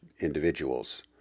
individuals